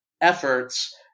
efforts